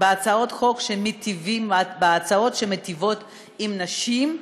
בהצעות חוק שמיטיבות עם נשים,